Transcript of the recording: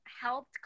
helped